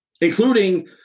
including